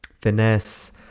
Finesse